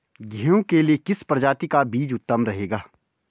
गेहूँ के लिए किस प्रजाति का बीज उत्तम रहेगा?